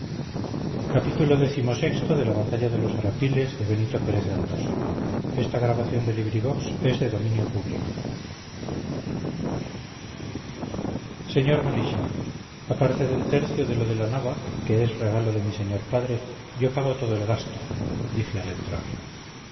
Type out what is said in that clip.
sr molichard aparte del tercio de lo de la nava que es regalo de mi señor padre yo pago todo el gasto dije al entrar